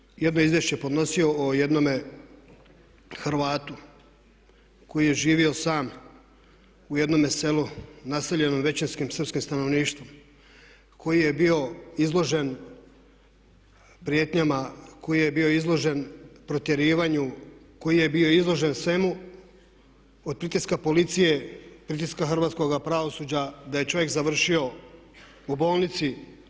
Pa ja sam jedno izvješće podnosio o jednome Hrvatu koji je živio sam u jednome selu naseljenom većinskim srpskim stanovništvom koji je bio izložen prijetnjama, koji je bio izložen protjerivanju, koji je bio izložen svemu od pritiska policije, pritiska hrvatskoga pravosuđa da je čovjek završio u bolnici.